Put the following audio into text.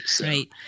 right